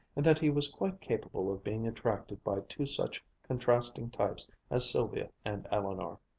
and that he was quite capable of being attracted by two such contrasting types as sylvia and eleanor.